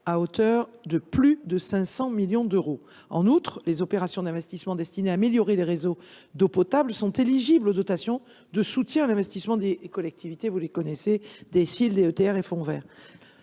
à hauteur de plus de 500 millions d’euros. En outre, les opérations d’investissement destinées à améliorer les réseaux d’eau potable sont éligibles aux dotations de soutien à l’investissement des collectivités : DSIL, DETR et fonds vert.